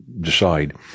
decide